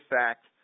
fact